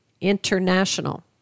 International